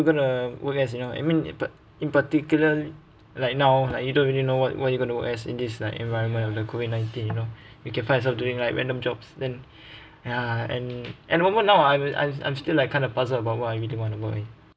going to work as you know I mean in part~ in particular like now like you don't really know what what you gonna work as in this like environment of the COVID nineteen you know you can find yourself doing like random jobs then ya and and what more now I'm I'm I'm still like kind of puzzled about what I really want to work eh